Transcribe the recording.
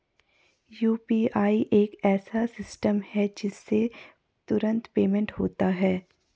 UPI एक ऐसा system है जिससे तुरंत पेमेंट होता है